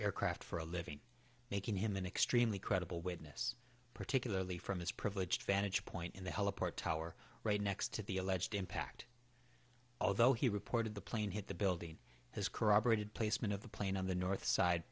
aircraft for a living making him an extremely credible witness particularly from his privileged vantage point in the hell apart tower right next to the alleged impact although he reported the plane hit the building his corroborated placement of the plane on the north side